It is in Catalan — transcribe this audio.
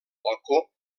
balcó